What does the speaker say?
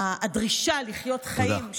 הדרישה לחיות חיים, תודה.